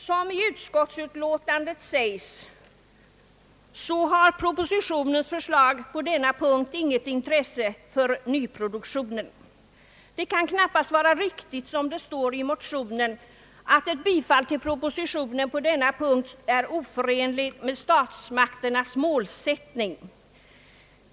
| Som i utskottsutlåtandet sägs har propositionens förslag på denna punkt inte något intresse för nyproduktionen. Det kan knappast vara riktigt som det står i motionen, att ett bifall till propositionen på denna punkt är oförenligt med statsmakternas 'målsättning.